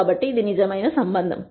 కాబట్టి ఇది నిజమైన సంబంధం